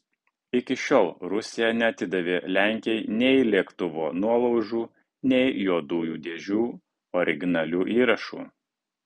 iki šiol rusija neatidavė lenkijai nei lėktuvo nuolaužų nei juodųjų dėžių originalių įrašų